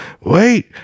wait